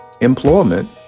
employment